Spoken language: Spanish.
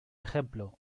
ejemplo